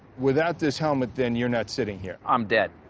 without this helmet, then, you're not sitting here. i'm dead.